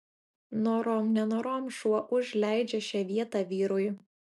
norom nenorom šuo užleidžia šią vietą vyrui